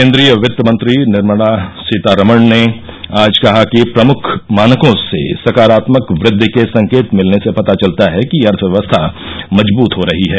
केन्द्रीय वित्त मंत्री निर्मला सीतारामण ने आज कहा है कि प्रमुख मानकों से सकारात्मक वृद्धि के संकेत मिलने से पता चलता है कि अर्थव्यव्यस्था मजबूत हो रही है